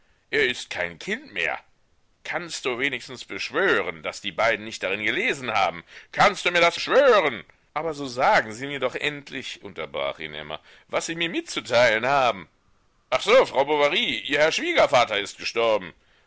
er ist kein kind mehr kannst du wenigstens beschwören daß die beiden nicht darin gelesen haben kannst du mir das schwören aber so sagen sie mir doch endlich unterbrach ihn emma was sie mir mitzuteilen haben ach so frau bovary ihr herr schwiegervater ist gestorben